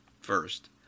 first